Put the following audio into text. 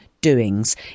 doings